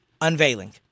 unveiling